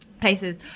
places